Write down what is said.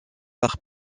par